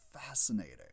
fascinating